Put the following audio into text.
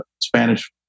Spanish